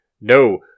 No